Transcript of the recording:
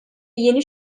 yeni